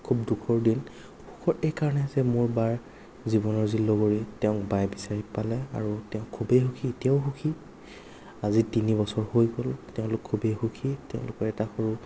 খুব দুখৰ দিন সুখৰ এই কাৰণে যে মোৰ বাৰ জীৱনৰ যি লগৰী তেওঁক বায়ে বিচাৰি পালে আৰু তেওঁ খুবেই সুখী এতিয়াও সুখী আজি তিনি বছৰ হৈ গ'ল তেওঁলোক খুবেই সুখী তেওঁলোকৰ এটা সৰু